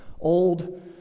Old